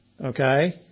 okay